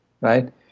right